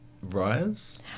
Rise